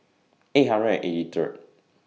eight hundred and eighty Third